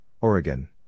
Oregon